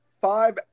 five